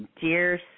Dear